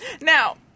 Now